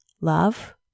love